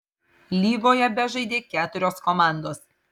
lygoje bežaidė keturios komandos